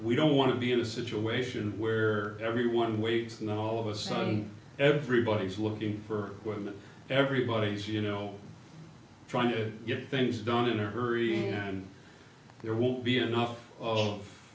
we don't want to be in a situation where everyone waits and all of a sudden everybody's looking for one that everybody's you know trying to get things done in a hurry and there will be enough of